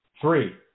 Three